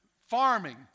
Farming